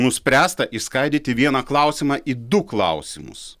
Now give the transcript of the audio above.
nuspręsta išskaidyti vieną klausimą į du klausimus